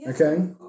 okay